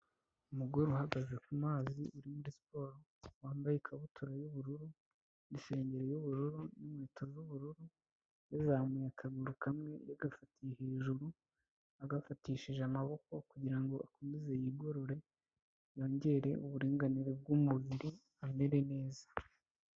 Umugore uhagaze ku mazi uri muri siporo wambaye ikabutura y'ubururu n'isengeri y'ubururu n'inkweto z'ubururu, yazamuye akaguru kamwe yagafatiye hejuru, agafatishije amaboko kugira ngo akomeze yigorore, yongere uburinganire bw'umubiri amere neza.